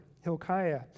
Hilkiah